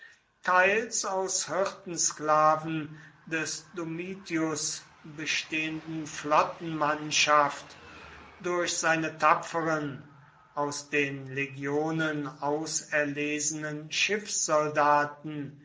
teils aus hirtensklaven des domitius bestehenden flottenmannschaft durch seine tapferen aus den legionen auserlesenen